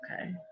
okay